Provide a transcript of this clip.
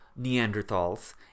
Neanderthals